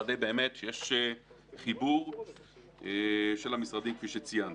לוודא שיש חיבור של המשרדים, כפי שציינתי.